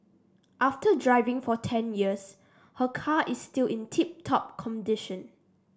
after driving for ten years her car is still in tip top condition